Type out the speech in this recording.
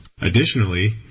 Additionally